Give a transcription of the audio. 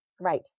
Right